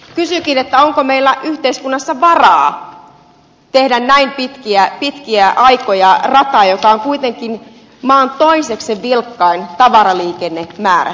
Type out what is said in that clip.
kysynkin onko meillä yhteiskunnassa varaa tehdä näin pitkiä aikoja rataa joka on kuitenkin maan toiseksi vilkkain tavaraliikennemäärässänsä